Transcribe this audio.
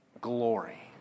glory